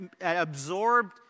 absorbed